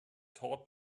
taught